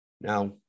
Now